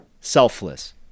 selfless